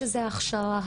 שזה הכשרה,